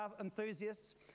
enthusiasts